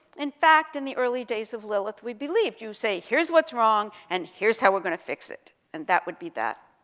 in fact, in the early days of lilith, we believed you say here's what's wrong, and here's how we're going to fix it, and that would be that.